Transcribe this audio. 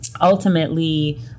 Ultimately